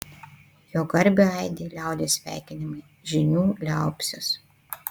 jo garbei aidi liaudies sveikinimai žynių liaupsės